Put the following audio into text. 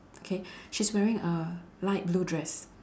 okay she's wearing a light blue dress